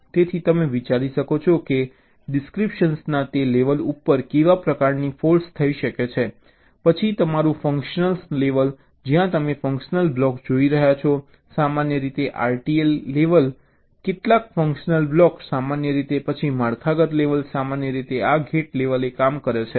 તેથી તમે વિચારી શકો છો કે ડિસ્ક્રિપ્શનના તે લેવલ ઉપર કેવા પ્રકારની ફૉલ્ટ્સ થઈ શકે છે પછી તમારું ફંશનલ લેવલ જ્યાં તમે ફંશનલ બ્લોક્સ જોઈ રહ્યા છો સામાન્ય રીતે RTL લેવલે કેટલાક ફન્ક્શનલ બ્લોક સામાન્ય રીતે પછી માળખાગત લેવલ સામાન્ય રીતે આ ગેટ લેવલે કામ કરે છે